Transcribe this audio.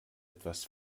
etwas